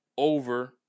over